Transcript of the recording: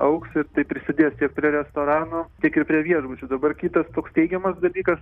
augs ir tai prisidės tiek prie restoranų tiek ir prie viešbučių dabar kitas toks teigiamas dalykas